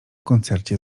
koncercie